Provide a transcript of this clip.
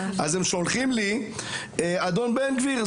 אז הם שולחים לי אדון בן גביר,